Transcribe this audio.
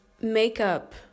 makeup